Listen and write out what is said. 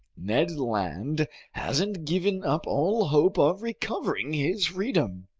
ned land hasn't given up all hope of recovering his freedom.